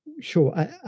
Sure